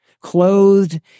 clothed